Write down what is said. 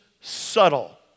subtle